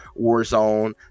Warzone